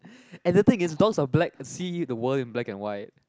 and the thing is dogs are black see the world in black and white